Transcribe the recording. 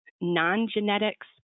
non-genetics